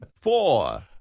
Four